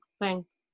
thanks